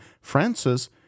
Francis